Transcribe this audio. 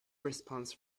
response